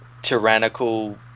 tyrannical